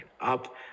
Up